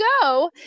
go